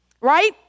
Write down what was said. right